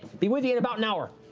be with you in about an hour.